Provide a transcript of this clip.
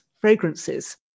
fragrances